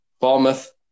Bournemouth